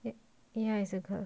ya it's a girl